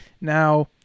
Now